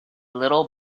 little